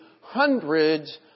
hundreds